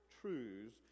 truths